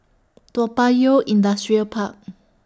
Toa Payoh Industrial Park